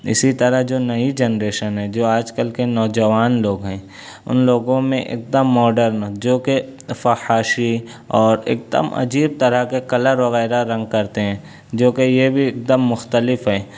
اسی طرح جو نئی جنریشن ہے جو آج کل کے نوجوان لوگ ہیں ان لوگوں میں ایک دم ماڈرن جوکہ فحاشی اور ایک دم عجیب طرح کے کلر وغیرہ رنگ کرتے ہیں جوکہ یہ بھی ایک دم مختلف ہے